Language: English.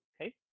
okay